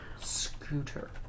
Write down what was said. Scooter